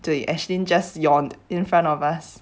对 ashlyn just yawned in front of us